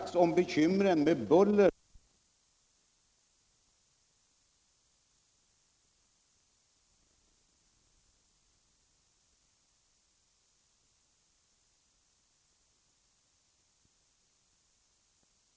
Länet och inte minst Nyköpingsregionen har svårigheter att klara ett bortfall av den sysselsättningen.